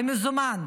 במזומן,